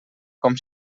com